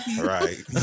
Right